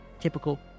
Typical